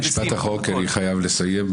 מהנדסים -- משפט אחרון כי אני חייב לסיים.